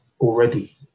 already